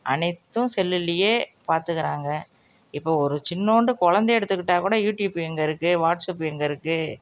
அனைத்தும் செல்லுலேயே பார்த்துக்கறாங்க இப்போது ஒரு சின்னுாண்டு குழந்த எடுத்துக்கிட்டால் கூட யூடியூப் எங்கே இருக்குது வாட்ஸ்ஆப் எங்கே இருக்குது